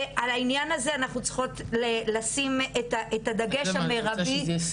על העניין הזה אנחנו צריכות לשים את הדגש המרבי.